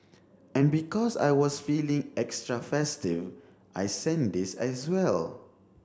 and because I was feeling extra festive I sent this as well